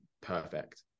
perfect